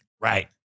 Right